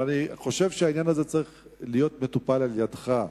אבל אני חושב שהעניין הזה צריך להיות מטופל על-ידך,